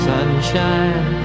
Sunshine